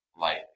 light